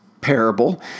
parable